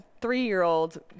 three-year-old